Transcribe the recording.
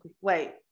Wait